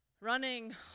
running